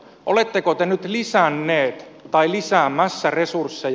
oletteko te nyt lisänneet tai lisäämässä resursseja